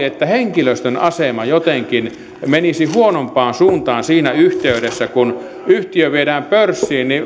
että henkilöstön asema jotenkin menisi huonompaan suuntaan siinä yhteydessä kun yhtiö viedään pörssiin